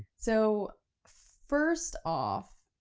so first off,